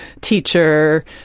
teacher